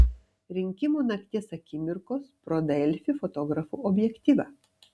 rinkimų nakties akimirkos pro delfi fotografų objektyvą